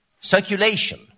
circulation